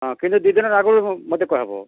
ହଁ କିନ୍ତୁ ଦୁଇ ଦିନ୍ ର ଆଗ୍ରୁ ମତେ କହେବ